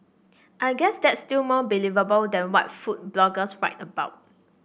I guess that's still more believable than what food bloggers write about